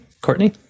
Courtney